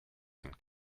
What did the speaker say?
and